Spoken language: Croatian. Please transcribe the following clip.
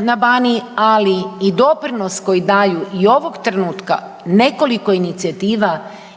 na Baniji, ali i doprinos koji daju i ovog trenutka nekoliko inicijativa i